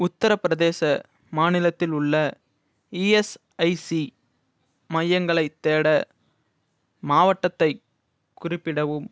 உத்திரப்பிரதேச மாநிலத்தில் உள்ள இஎஸ்ஐசி மையங்களைத் தேட மாவட்டத்தைக் குறிப்பிடவும்